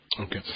Okay